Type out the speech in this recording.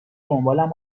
دنبالم